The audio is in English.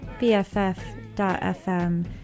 bff.fm